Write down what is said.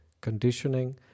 conditioning